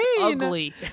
ugly